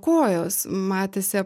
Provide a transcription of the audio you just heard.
kojos matėsi